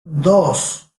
dos